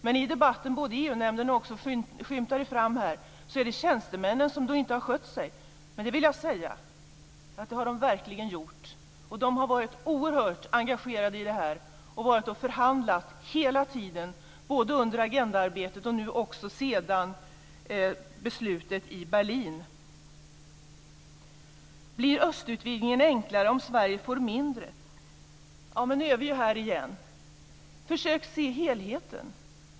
Både i debatten i EU-nämnden och enligt vad som skymtar fram här skulle det vara tjänstemännen som inte skött sig. Men det vill jag säga att de verkligen har gjort. De har varit oerhört engagerade i det här. De har varit och förhandlat hela tiden, både under agendaarbetet och nu efter beslutet i Berlin. Blir östutvidgningen enklare om Sverige får mindre? Nu är vi där igen: Försök att se helheten!